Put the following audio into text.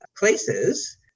places